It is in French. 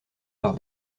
par